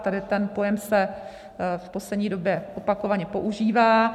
Tady ten pojem se v poslední době opakovaně používá.